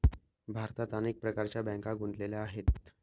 भारतात अनेक प्रकारच्या बँका गुंतलेल्या आहेत